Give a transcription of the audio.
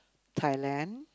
Thailand